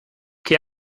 qué